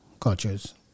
cultures